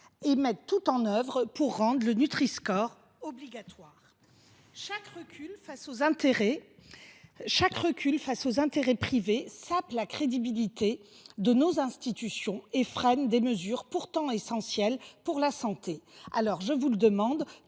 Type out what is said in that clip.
et mette tout en œuvre pour rendre le Nutri score obligatoire. Chaque recul face aux intérêts privés sape la crédibilité de nos institutions et freine des mesures pourtant essentielles pour la santé publique. Quelles garanties